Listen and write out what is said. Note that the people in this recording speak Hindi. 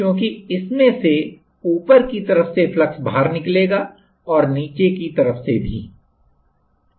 क्योंकि इसमें से ऊपर की तरफ से फ्लक्स बाहर निकलेगा और नीचे की तरफ से भी सहीहै